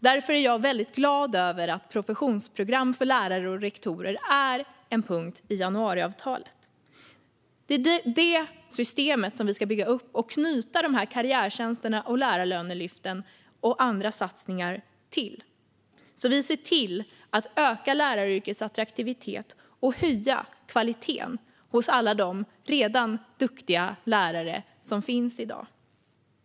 Därför är jag glad över att professionsprogram för lärare och rektorer är en punkt i januariavtalet. Det är detta system vi ska bygga upp och knyta karriärtjänster, lärarlönelyft och andra satsningar till så att vi kan öka läraryrkets attraktivitet och höja kvaliteten hos alla de redan duktiga lärare som finns i dag.